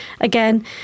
again